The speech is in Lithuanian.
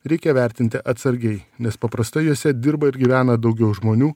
reikia vertinti atsargiai nes paprastai juose dirba ir gyvena daugiau žmonių